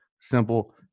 simple